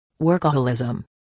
Workaholism